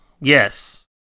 Yes